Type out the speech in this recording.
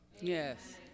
Yes